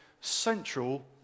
central